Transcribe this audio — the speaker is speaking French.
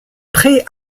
prêt